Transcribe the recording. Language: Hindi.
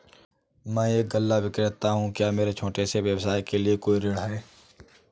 मैं एक गल्ला विक्रेता हूँ क्या मेरे छोटे से व्यवसाय के लिए कोई ऋण है?